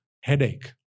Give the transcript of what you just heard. headache